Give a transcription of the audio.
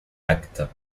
actes